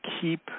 keep